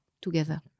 together